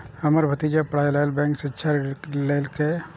हमर भतीजा पढ़ाइ लेल बैंक सं शिक्षा ऋण लेलकैए